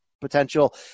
potential